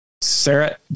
Sarah